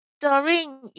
Doreen